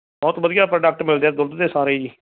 ਬਹੁਤ ਵਧੀਆ ਪ੍ਰੋਡਕਟ ਮਿਲਦੇ ਆ ਦੁੱਧ ਦੇ ਸਾਰੇ ਜੀ